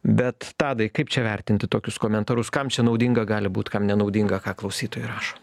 bet tadai kaip čia vertinti tokius komentarus kam čia naudinga gali būt kam nenaudinga ką klausytojai rašo